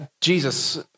Jesus